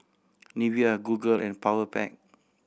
Nivea Google and Powerpac